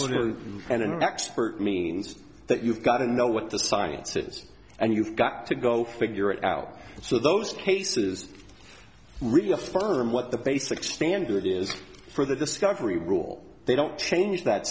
and an expert means that you've got to know what the sciences and you've got to go figure it out so those cases reaffirm what the basic standard is for the discovery rule they don't change that